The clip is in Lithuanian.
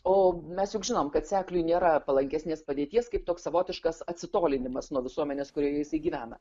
o mes juk žinom kad sekliui nėra palankesnės padėties kaip toks savotiškas atsitolinimas nuo visuomenės kurioje jisai gyvena